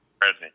present